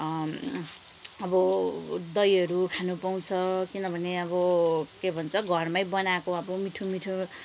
अब दहीहरू खानु पाउँछ किनभने अब के भन्छ घरमै बनाएको अब मिठो मिठो